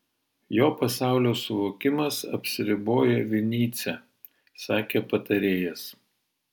jo pasaulio suvokimas apsiriboja vinycia sakė patarėjas